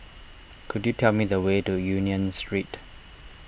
could you tell me the way to Union Street